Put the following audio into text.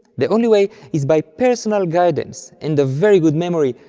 the only way is by personal guidance and a very good memory,